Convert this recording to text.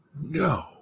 No